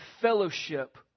fellowship